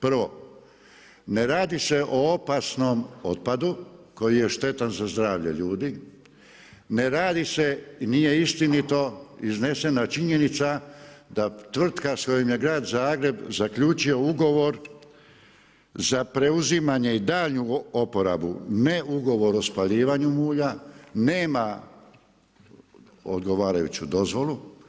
Prvo, ne radi se o opasnom otpadu koji je štetan za zdravlje ljudi, ne radi se i nije istinito iznesena činjenica da tvrtka s kojom je grad Zagreb zaključio ugovor za preuzimanje i daljnju oporaba ne ugovor o spaljivanju mulja, nema odgovarajuću dozvolu.